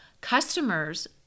customers